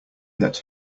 that